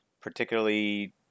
particularly